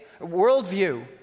worldview